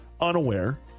unaware